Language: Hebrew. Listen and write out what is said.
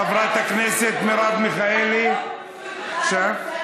חברת הכנסת מרב מיכאלי, בבקשה.